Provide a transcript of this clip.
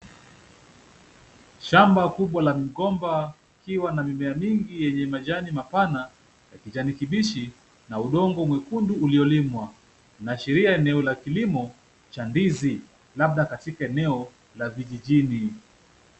Shamba kubwa la migomba, ikiwa na mimea mingi yenye majani mapana ya kijani kibichi, na udongo mwekundu uliolimwa. Inaashiria eneo la kilimo cha ndizi, labda katika eneo la vijijini.